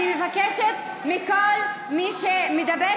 אני מבקשת מכל מי שמדבר,